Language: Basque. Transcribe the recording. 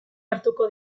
hartuko